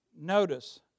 notice